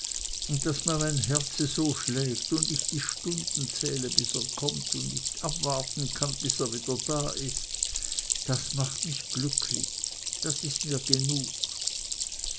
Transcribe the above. und daß mir mein herze so schlägt und ich die stunden zähle bis er kommt und nicht abwarten kann bis er wieder da ist das macht mich glücklich das ist mir genug